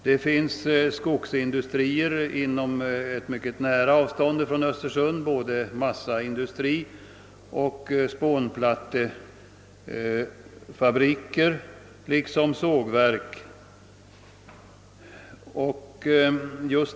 Det finns skogsindustrier mycket nära Östersund — både massaindustrier, spånplattefabriker och sågverk.